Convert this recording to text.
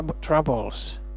troubles